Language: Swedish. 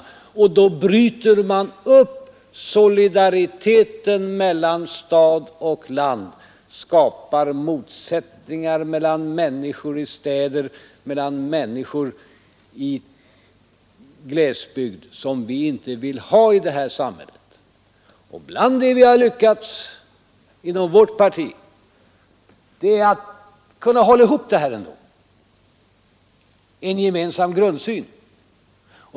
Då bryter man upp solidariteten mellan stad och land, då skapar man motsättningar mellan människor i städer och i glesbygd, och det är något som vi inte vill ha i det här samhället. Bland det vi har lyckats med inom vårt parti är att ändå hålla ihop detta i en gemensam grundsyn.